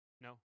No